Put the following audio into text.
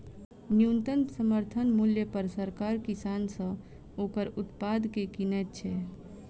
न्यूनतम समर्थन मूल्य पर सरकार किसान सॅ ओकर उत्पाद के किनैत छै